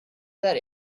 that